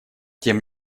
тем